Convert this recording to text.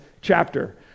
chapter